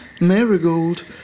Marigold